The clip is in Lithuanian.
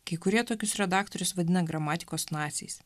kai kurie tokius redaktorius vadina gramatikos naciais